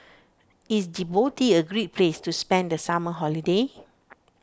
is Djibouti a great place to spend the summer holiday